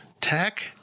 tech